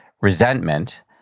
resentment